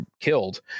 killed